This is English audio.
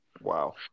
Wow